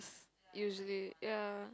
usually ya